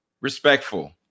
respectful